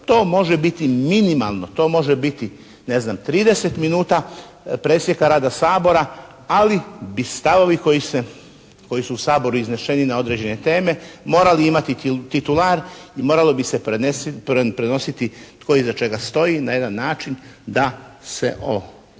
to može biti minimalno, to može biti ne znam 30 minuta presjeka rada Sabora, ali bi stavovi koji su u Saboru izneseni na određene teme morale imati titular i moralo bi se prenositi tko iza čega stoji na jedan način da se o